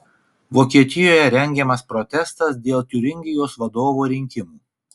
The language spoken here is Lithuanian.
vokietijoje rengiamas protestas dėl tiuringijos vadovo rinkimų